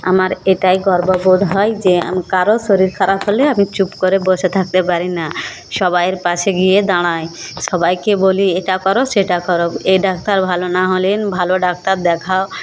আমার এটাই গর্ববোধ হয় যে কারোর শরীর খারাপ হলে আমি চুপ করে বসে থাকতে পারি না সবাইয়ের পাশে গিয়ে দাঁড়াই সবাইকে বলি এটা করো সেটা করো এ ডাক্তার ভালো নাহলেন ভালো ডাক্তার দেখাও